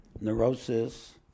neurosis